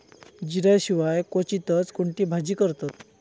जिऱ्या शिवाय क्वचितच कोणती भाजी करतत